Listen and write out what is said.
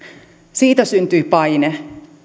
siitä syntyi paine